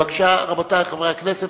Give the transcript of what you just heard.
בבקשה, רבותי חברי הכנסת.